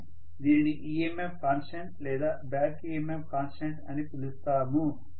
మనము దీనిని EMF constant లేదా బ్యాక్ EMF కాన్స్టెంట్ అని పిలుస్తాము